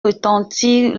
retentir